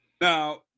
now